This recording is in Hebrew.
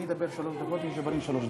אני אדבר שלוש דקות וג'בארין שלוש דקות,